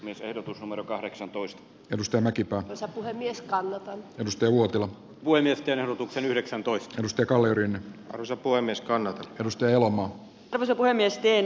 jos ehdotus oman kahdeksantoista edustaa mäkipää vesa puhemies kammata edusti luettelon voi myös tiedotuksen yhdeksäntoista mustakalliorinne osapuolen niskanen perusteli elomaa hävisi vain nesteen